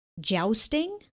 jousting